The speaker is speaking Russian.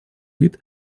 вид